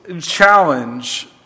challenge